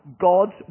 God's